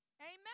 Amen